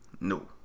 No